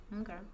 Okay